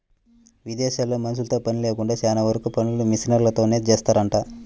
ఇదేశాల్లో మనుషులతో పని లేకుండా చానా వరకు పనులు మిషనరీలతోనే జేత్తారంట